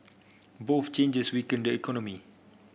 both changes weaken the economy